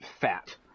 fat